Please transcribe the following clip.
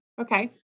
Okay